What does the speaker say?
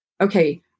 okay